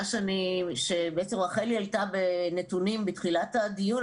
שבעצם רחלי העלתה בנתונים בתחילת הדיון,